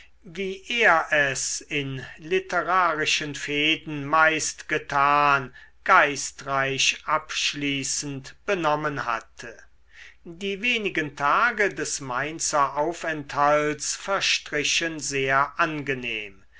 wie er es in literarischen fehden meist getan geistreich abschließend benommen hatte die wenigen tage des mainzer aufenthalts verstrichen sehr angenehm